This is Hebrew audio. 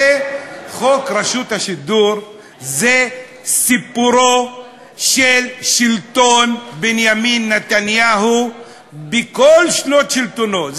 חוק רשות השידור הוא סיפורו של שלטון בנימין נתניהו בכל שנות שלטונו,